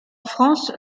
france